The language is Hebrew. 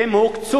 הן הוקצו,